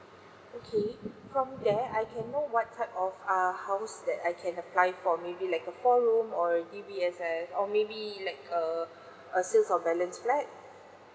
okay from there I can know what type of err house that I can apply for maybe like a four room or D_B_S_S or maybe like a a sales of balance flat